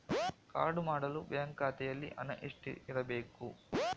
Card ಮಾಡಲು bank ಖಾತೆಯಲ್ಲಿ ಹಣ ಎಷ್ಟು ಇರಬೇಕು?